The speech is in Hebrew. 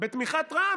בתמיכת רע"מ.